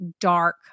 dark